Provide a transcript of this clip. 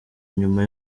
nyuma